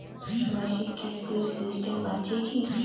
মাসিক কিস্তির সিস্টেম আছে কি?